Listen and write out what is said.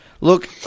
Look